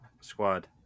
squad